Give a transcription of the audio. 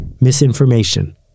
Misinformation